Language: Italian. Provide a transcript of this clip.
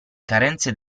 carenze